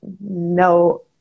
no